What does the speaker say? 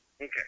Okay